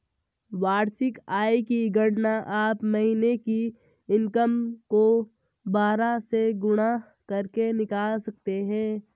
वार्षिक आय की गणना आप महीने की इनकम को बारह से गुणा करके निकाल सकते है